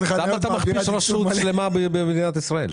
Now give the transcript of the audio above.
אז למה אתה מכפיש רשות שלמה במדינת ישראל?